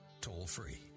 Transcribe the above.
toll-free